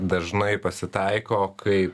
dažnai pasitaiko kai